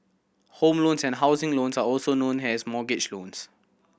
home loans and housing loans are also known as mortgage loans